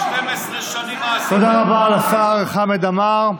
12 שנים, מה עשית, תודה רבה לשר חמד עמאר.